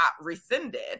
rescinded